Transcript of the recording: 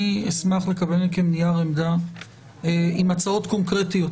אני אשמח לקבל מכם נייר עמדה עם הצעות קונקרטיות